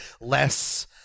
less